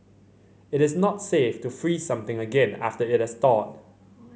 it is not safe to freeze something again after it has thawed